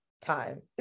time